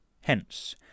Hence